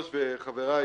וחבריי,